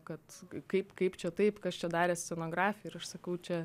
kad kaip kaip čia taip kas čia darė scenografiją ir aš sakau čia